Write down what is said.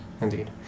Indeed